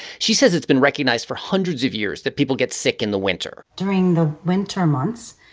she says it's been recognized for hundreds of years that people get sick in the winter during the winter months,